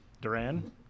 Duran